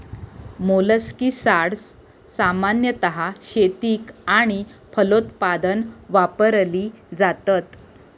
मोलस्किसाड्स सामान्यतः शेतीक आणि फलोत्पादन वापरली जातत